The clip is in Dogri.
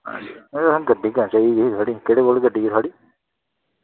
एह् ग़ड्डी चाहिदी ही केह्ड़ी गड्डी ऐ थोह्ड़ी